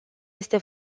este